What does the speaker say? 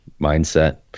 mindset